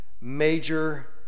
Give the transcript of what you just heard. major